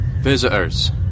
Visitors